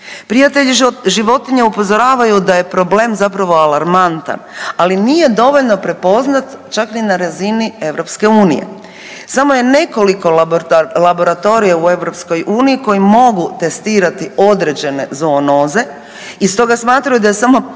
Prijatelji životinja upozoravaju da je problem zapravo alarmantan, ali nije dovoljno prepoznat čak ni na razini EU. Samo je nekoliko laboratorija u EU koji mogu testirati određene zoonoze i stoga smatraju da je samo